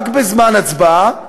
רק בזמן הצבעה,